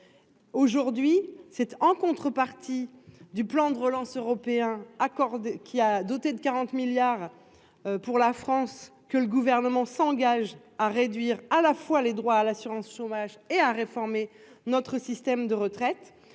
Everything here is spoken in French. Aujourd'hui cette en contrepartie du plan de relance européen accorde qui a doté de 40 milliards. Pour la France que le gouvernement s'engage à réduire à la fois les droits à l'assurance chômage et à réformer notre système de retraite.